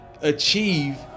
achieve